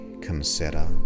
consider